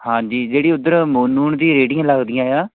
ਹਾਂਜੀ ਜਿਹੜੀ ਉੱਧਰ ਮੋਨੂੰ ਹੋਣਾ ਦੀਆਂ ਰੇਹੜੀਆਂ ਲੱਗਦੀਆਂ ਆ